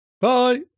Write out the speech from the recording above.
Bye